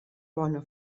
bona